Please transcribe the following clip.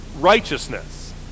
righteousness